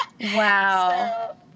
Wow